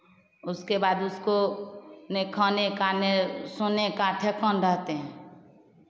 उसको बाद उसको ना खाने का ना सोने का ठेकान रहते हैं